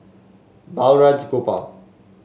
Balraj Gopal